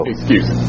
Excuse